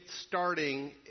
starting